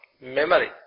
memory